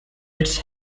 its